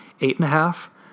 eight-and-a-half